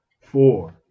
four